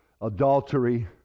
adultery